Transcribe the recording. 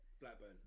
Blackburn